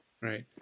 Right